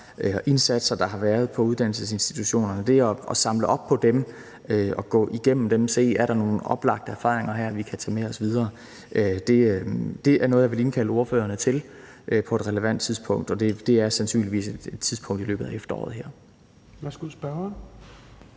og indsatser, der har været på uddannelsesinstitutionerne, altså samle op på dem og gennemgå dem for at se, om der er nogle oplagte erfaringer her, vi kan tage med os videre. Det er noget, jeg vil indkalde ordførerne til på et relevant tidspunkt, og det er sandsynligvis et tidspunkt i løbet af efteråret her. Kl. 21:59 Fjerde